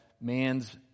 man's